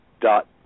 Dot